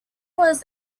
was